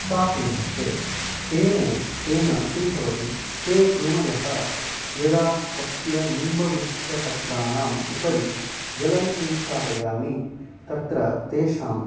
स्थापयन्ति तेन तेन किं भवति ते कृमयः यदा तस्य निम्बवृक्षपत्राणाम् उपरि जलं संस्थापयामि तत्र तेषाम्